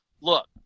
look